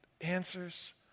answers